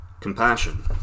Compassion